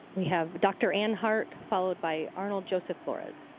we have dr. anne hart followed by arnold joseph flores.